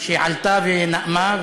שעלתה ונאמה,